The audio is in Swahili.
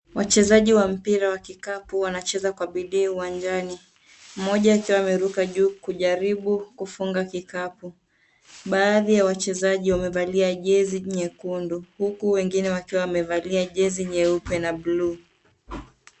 Wachezaji wa mpira wa kikapu wanacheza kwa bidii uwanjani. Mmoja akiwa ameruka juu kujaribu kufunga kikapu. Baadhi ya wachezaji wamevalia jezi nyekundu, huku wengine wakiwa wamevalia jezi nyeupe na blue .